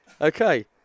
Okay